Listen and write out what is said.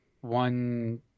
one